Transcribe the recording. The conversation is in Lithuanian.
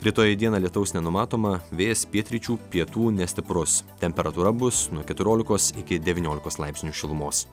rytoj dieną lietaus nenumatoma vėjas pietryčių pietų nestiprus temperatūra bus nuo keturiolikos iki devyniolikos laipsnių šilumos